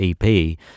EP